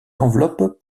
enveloppes